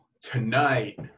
Tonight